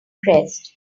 pressed